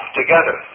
together